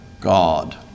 God